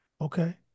Okay